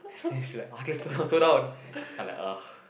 then she like ah k slow down slow down then I like ugh